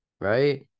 right